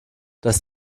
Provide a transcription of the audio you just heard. dass